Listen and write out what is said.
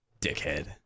Dickhead